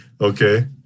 Okay